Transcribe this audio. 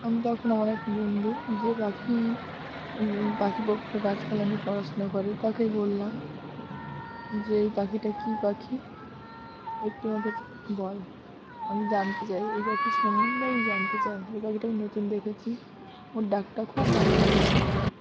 আমি তখন আমার এক বন্ধু যে পাখি পাখি পক্ষ গাছপালা নিয়ে পড়াশোনা করে তাকে বললাম যে এই পাখিটা কী পাখি একটু আমাকে বল আমি জানতে চাই এই পাখির সম্বন্ধে আমি জানতে চাই এই পাখিটাও নতুন দেখেছি ওর ডাকটা খুব ভালো লেগেছে